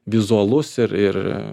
vizualus ir ir